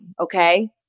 Okay